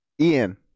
Ian